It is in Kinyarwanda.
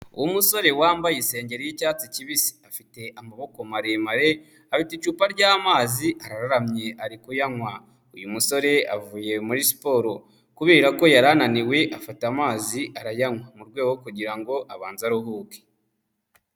Umusore wambaye isengeri y'icyatsi kibisi, afite amaboko maremare, afite icupa ry'amazi aramye ari kuyanywa, uyu musore avuye muri siporo kubera ko yari ananiwe afata amazi arayanywa mu rwego kugira abanze aruhuke.